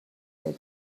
the